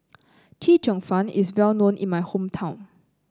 Chee Cheong Fun is well known in my hometown